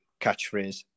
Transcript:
Catchphrase